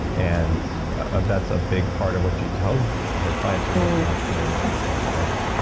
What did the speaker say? and ah that's a big part of what she tells her clients, who are mostly entrepreneurs and celebrity types.